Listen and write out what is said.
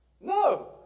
No